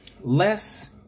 less